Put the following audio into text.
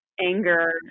anger